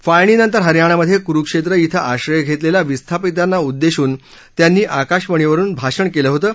फाळणीनंतर हरयानामधे कुरुक्षेत्र विं आश्रय घेतलेल्या विस्थापितांना उद्देशून त्यांनी आकाशवाणीवरुन भाषण केलं होतं